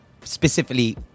specifically